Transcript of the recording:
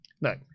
no